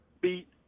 beat